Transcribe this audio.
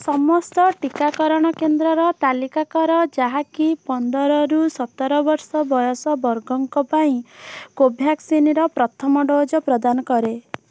ସମସ୍ତ ଟିକାକରଣ କେନ୍ଦ୍ରର ତାଲିକା କର ଯାହାକି ପନ୍ଦର ରୁ ସତର ବର୍ଷ ବୟସ ବର୍ଗଙ୍କ ପାଇଁ କୋଭ୍ୟାକ୍ସିନ୍ର ପ୍ରଥମ ଡୋଜ୍ ପ୍ରଦାନ କରେ